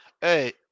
hey